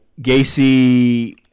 gacy